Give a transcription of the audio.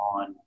on